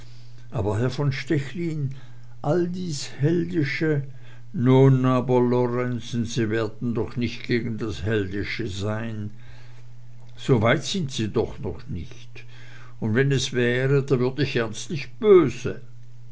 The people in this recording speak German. aber herr von stechlin all dies heldische nun aber lorenzen sie werden doch nicht gegen das heldische sein soweit sind sie doch noch nicht und wenn es wäre da würd ich ernstlich böse